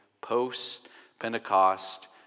post-Pentecost